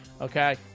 Okay